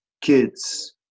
kids